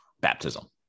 baptism